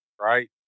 right